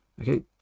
Okay